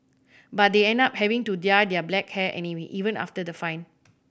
but they end up having to dye their hair black anyway even after the fine